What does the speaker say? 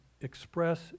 express